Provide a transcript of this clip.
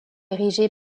érigé